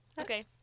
Okay